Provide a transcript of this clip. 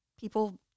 People